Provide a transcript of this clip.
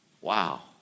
Wow